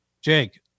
Jake